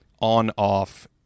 on-off